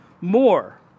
more